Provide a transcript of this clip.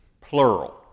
plural